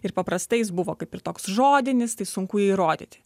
ir paprastai jis buvo kaip ir toks žodinis tai sunku jį įrodyti